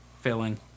filling